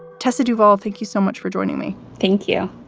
test, the duvall. thank you so much for joining me. thank you.